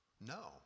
no